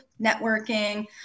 networking